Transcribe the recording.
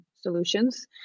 solutions